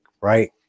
right